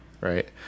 right